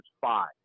five